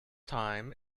time